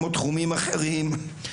כמו תחומים אחרים,